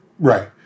Right